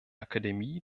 akademie